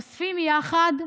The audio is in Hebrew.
אוספים יחד,